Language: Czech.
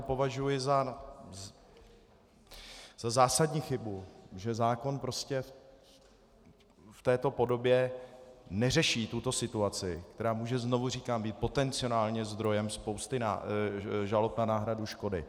Považuji to za zásadní chybu, že zákon prostě v této podobě neřeší tuto situaci, která může znovu říkám být potenciálně zdrojem spousty žalob na náhradu škody.